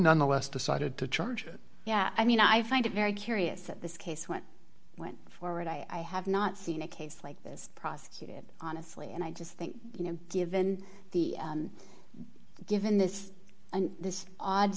nonetheless decided to charge yeah i mean i find it very curious at this case when i went forward i have not seen a case like this prosecuted honestly and i just think you know given the given this and this odd